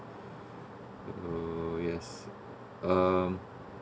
yes um